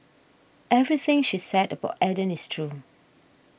everything she said about Eden is true